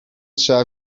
trzeba